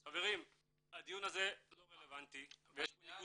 בפני הגורמים המקצועיים --- מי בחר בו לנציג